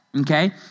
okay